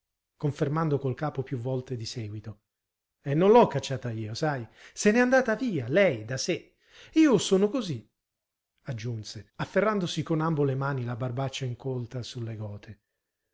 confermando col capo più volte di seguito e non l'ho cacciata io sai se n'è andata via lei da sé io sono così aggiunse afferrandosi con ambo le mani la barbaccia incolta su le gote